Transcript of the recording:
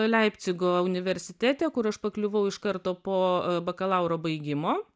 leipcigo universitete kur aš pakliuvau iš karto po bakalauro baigimo